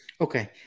Okay